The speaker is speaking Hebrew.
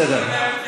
בסדר.